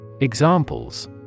Examples